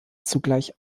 zugleich